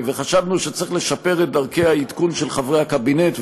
חשבנו שצריך לשפר את דרכי העדכון של חברי הקבינט,